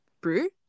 brew